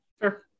sure